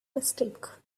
mistake